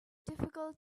difficult